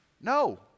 No